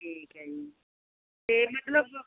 ਠੀਕ ਹੈ ਜੀ ਅਤੇ ਮਤਲਬ